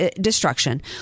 destruction